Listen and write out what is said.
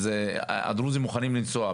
אז הדרוזים מוכנים לנסוע.